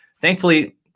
Thankfully